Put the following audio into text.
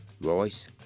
Royce